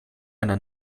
einer